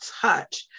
touch